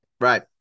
Right